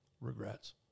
regrets